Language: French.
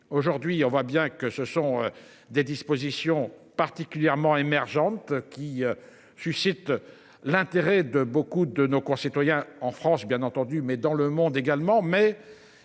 aujourd'hui on voit bien que ce sont des dispositions particulièrement. Émergente qui. Suscite l'intérêt de beaucoup de nos concitoyens en France bien entendu, mais dans le monde également,